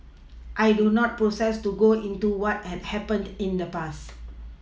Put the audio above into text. I do not propose to go into what had happened in the past